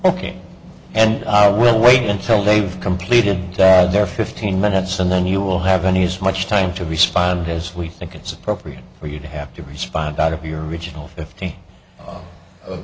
ok and i will wait until they've completed dad their fifteen minutes and then you will have a nice much time to respond as we think it's appropriate for you to have to respond out of your original fifty